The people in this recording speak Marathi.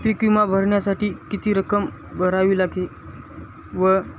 पीक विमा भरण्यासाठी किती रक्कम भरावी लागेल व